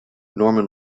norman